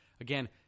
Again